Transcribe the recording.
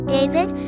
David